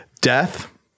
death